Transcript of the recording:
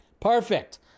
Perfect